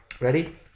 Ready